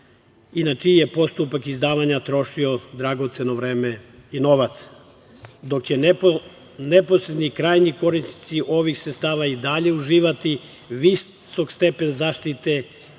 i na čiji je postupak izdavanja trošio dragoceno vreme i novac, dok će neposredni krajnji korisnici ovih sredstava i dalje uživati visok stepen zaštite